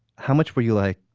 how much were you like,